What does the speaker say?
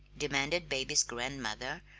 demanded baby's grandmother,